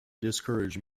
discourage